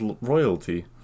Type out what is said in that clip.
royalty